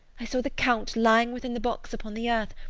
i saw the count lying within the box upon the earth,